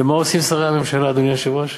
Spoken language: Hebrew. ומה עושים שרי הממשלה, אדוני היושב-ראש?